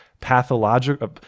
pathological